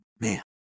man